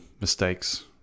mistakes